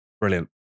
Brilliant